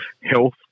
health